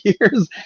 years